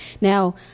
Now